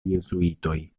jezuitoj